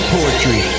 Poetry